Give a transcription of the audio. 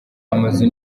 amazu